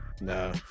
no